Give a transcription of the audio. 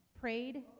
prayed